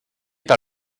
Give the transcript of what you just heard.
par